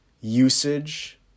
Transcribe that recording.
usage